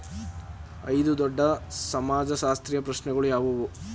ಐದು ದೊಡ್ಡ ಸಮಾಜಶಾಸ್ತ್ರೀಯ ಪ್ರಶ್ನೆಗಳು ಯಾವುವು?